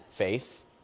faith